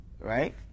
right